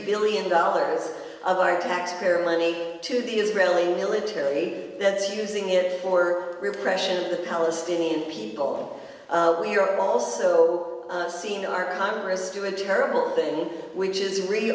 billion dollars of our taxpayer money to the israeli military that's using it for repression of the palestinian people we're also seeing our congress to a terrible thing which is real